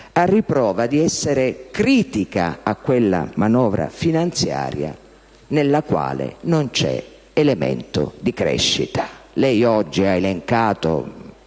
a riprova di essere critico a quella manovra finanziaria nella quale non c'è elemento di crescita. Lei oggi ha elencato